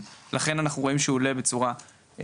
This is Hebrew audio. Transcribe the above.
ולכן אנחנו רואים שהוא עולה בצורה סבירה,